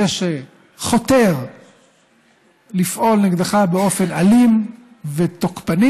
זה שחותר לפעול נגדך באופן אלים ותוקפני,